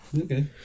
okay